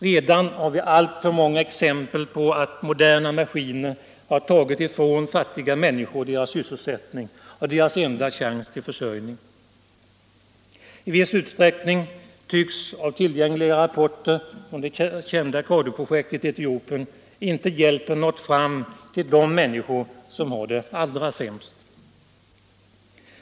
Redan har vi alltför många exempel på att moderna maskiner har tagit ifrån fattiga människor deras sysselsättning och enda chans till försörjning. I viss utsträckning tycks, att döma av tillgängliga rapporter från det kända Cadu-projektet i Etiopien, inte hjälpen ha nått fram till de människor som har det allra sämst.